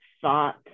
thought